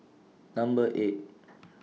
Number eight